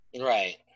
Right